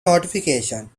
notification